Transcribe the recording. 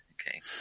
okay